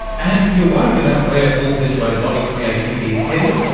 and if you're worried about where all this robotic creativity is heading,